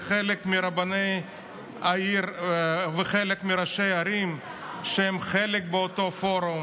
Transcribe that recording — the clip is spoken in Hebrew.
וחלק מראשי הערים שהם חלק מאותו פורום